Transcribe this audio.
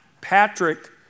Patrick